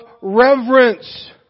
reverence